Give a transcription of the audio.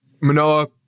Manoa